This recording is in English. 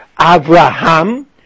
Abraham